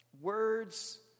Words